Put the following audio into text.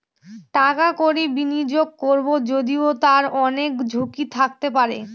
টাকা কড়ি বিনিয়োগ করবো যদিও তার অনেক ঝুঁকি থাকতে পারে